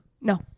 No